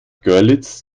görlitz